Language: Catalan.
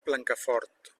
blancafort